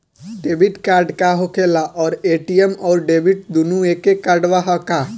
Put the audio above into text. Debit card का होखेला और ए.टी.एम आउर डेबिट दुनों एके कार्डवा ह का?